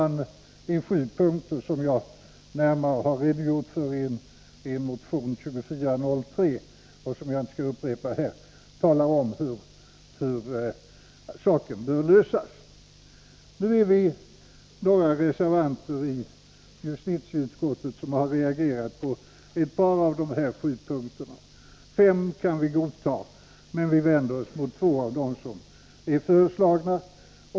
I sju punkter har man beskrivit hur problemet bör lösas. I min motion 2403 har jag närmare behandlat lagförslaget, varför jag inte behöver upprepa resonemanget här. Nu har jag och några andra på ett par av punkterna reserverat oss i justitieutskottet. Fem punkter kan vi godta, men vi vänder oss mot förslagen i två av punkterna.